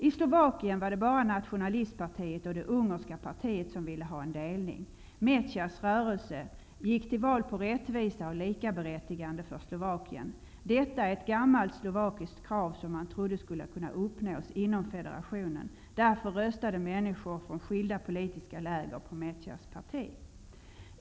I Slovakien var det bara nationalistpartiet och det ungerska partiet som ville ha en delning. Mecairs rörelse gick till val på rättvisa och likaberättigande för Slovakien. Detta är ett gammalt slovakiskt krav som man trodde skulle kunna uppnås inom federationen. Därför röstade människor från skilda politiska läger på Mecairs parti.